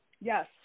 Yes